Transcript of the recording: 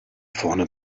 vorne